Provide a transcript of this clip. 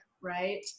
right